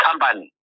company